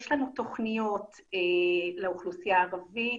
יש לנו תוכניות לאוכלוסייה הערבית,